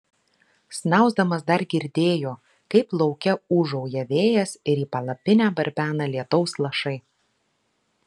snausdamas dar girdėjo kaip lauke ūžauja vėjas ir į palapinę barbena lietaus lašai